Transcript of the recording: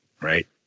right